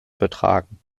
betragen